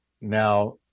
Now